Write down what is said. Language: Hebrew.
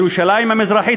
ירושלים המזרחית,